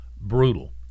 brutal